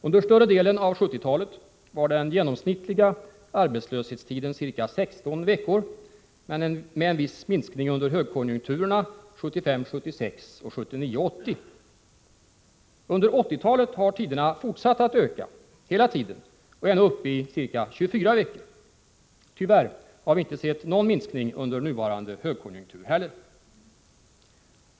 Under större delen av 1970-talet var den genomsnittliga arbetslöshetstiden ca 16 veckor, med en viss minskning under högkonjunkturerna 1975-1976 och 1979-1980. Under 1980-talet har tiderna fortsatt att öka hela tiden och är nu uppe i ca 24 veckor. Tyvärr har vi inte sett någon minskning under nuvarande högkonjunktur heller.